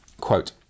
Quote